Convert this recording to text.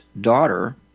daughter